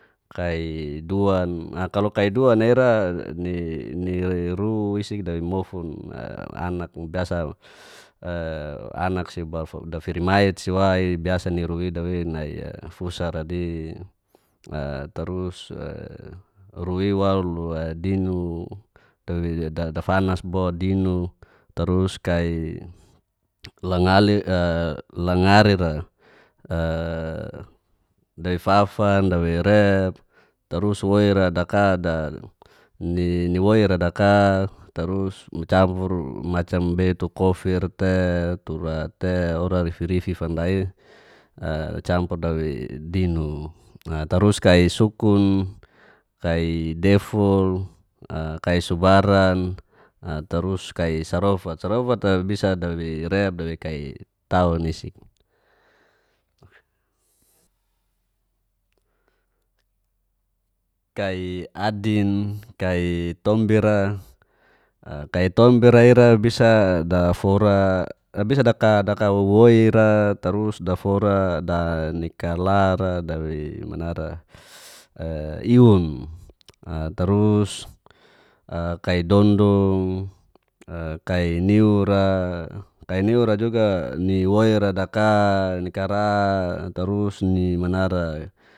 Kai duan, a kalo kai duan a ira ni ni ru isi dawei mofun a anak biasa e anak si ba fa firimait si wa i biasa ni ru i dawei nai fusa ra di, a tarus ru i waluk dinu dawei dafanas bo dinu tarus kai langali a langari ra a dawei fafan, dawei rep, tarus woira daka da ni woira da ka tarus campur macam bei tu kofir te tura te ola rifi rifi fanda i a campur dawei dinu. a tarus kai sukun, kai deful, a kai subaran, a tarus kai sarofat, kai sarofata bisa dawei rep, dawei kai taun isik. kai adin, kai tombi ra, a kai tombi ra ira bisa dafora, bisa daka daka wo woi ra, tarus dafora da ni kalar ra dawei manara iun, a tarus a kai dondong, a kai niu ra, kai niura juga ni woira daka ni kara tarus ni manara